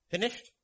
Finished